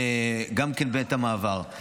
גם כן בעת המעבר.